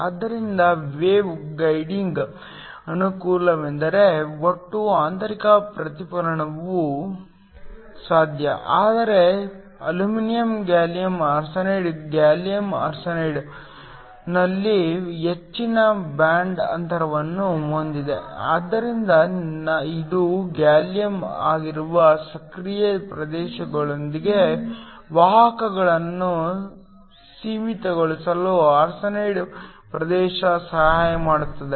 ಆದ್ದರಿಂದ ವೇವ್ ಗೈಡಿಂಗ್ನ ಅನುಕೂಲವೆಂದರೆ ಒಟ್ಟು ಆಂತರಿಕ ಪ್ರತಿಫಲನವೂ ಸಾಧ್ಯ ಆದರೆ ಅಲ್ಯೂಮಿನಿಯಂ ಗ್ಯಾಲಿಯಮ್ ಆರ್ಸೆನೈಡ್ ಗ್ಯಾಲಿಯಮ್ ಆರ್ಸೆನೈಡ್ನಲ್ಲಿ ಹೆಚ್ಚಿನ ಬ್ಯಾಂಡ್ ಅಂತರವನ್ನು ಹೊಂದಿದೆ ಆದ್ದರಿಂದ ಇದು ಗ್ಯಾಲಿಯಂ ಆಗಿರುವ ಸಕ್ರಿಯ ಪ್ರದೇಶದೊಳಗೆ ವಾಹಕಗಳನ್ನು ಸೀಮಿತಗೊಳಿಸಲು ಆರ್ಸೆನೈಡ್ ಪ್ರದೇಶ ಸಹಾಯ ಮಾಡುತ್ತದೆ